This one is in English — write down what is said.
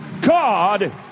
God